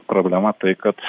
problema tai kad